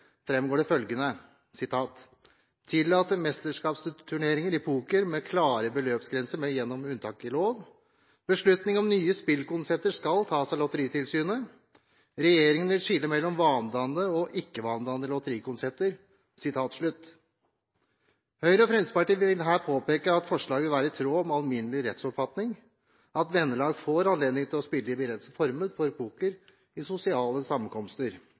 det at man vil tillate mesterskapsturneringer i poker med klare beløpsgrenser gjennom unntak i lov, og at beslutninger om nye spillkonsepter skal tas av Lotteritilsynet. Regjeringen vil også skille mellom vanedannende og ikke-vanedannende lotterikonsepter. Høyre og Fremskrittspartiet vil her påpeke at forslaget vil være i tråd med den alminnelige rettsoppfatningen at vennelag får anledning til å spille begrensede former for poker i sosiale sammenkomster